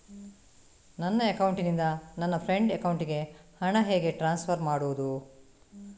ನನ್ನ ಅಕೌಂಟಿನಿಂದ ನನ್ನ ಫ್ರೆಂಡ್ ಅಕೌಂಟಿಗೆ ಹಣ ಹೇಗೆ ಟ್ರಾನ್ಸ್ಫರ್ ಮಾಡುವುದು?